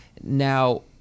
Now